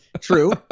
true